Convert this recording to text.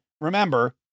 remember